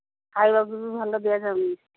ଖାଇବାକୁ ବି ଭଲ ଦିଆଯାଉନି